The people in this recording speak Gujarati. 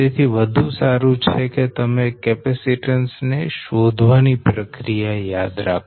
તેથી વધુ સારું તે છે કે તમે કેપેસીટન્સ ને શોધવાની પ્રક્રિયા યાદ રાખો